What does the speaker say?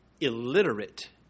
illiterate